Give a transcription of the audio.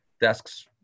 desks